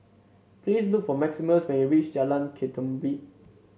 please look for Maximus when you reach Jalan Ketumbit